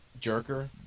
jerker